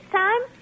time